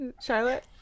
Charlotte